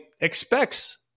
expects